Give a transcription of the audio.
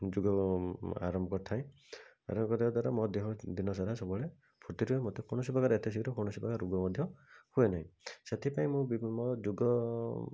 ଯୋଗର ଆରମ୍ଭ କରିଥାଏ ଆରମ୍ଭ କରିବା ଦ୍ଵାରା ମୋ ଦେହ ଦିନସାରା ସବୁବେଳେ ଫୁର୍ତ୍ତୀ ରହେ ମୋତେ କୌଣସି ପ୍ରକାର ଏତେ ଶୀଘ୍ର ରୋଗ କୌଣସି ପ୍ରକାର ରୋଗ ମଧ୍ୟ ହୁଏ ନାହିଁ ସେଥିପାଇଁ ମୁଁ ବି ମୋ ଯୋଗ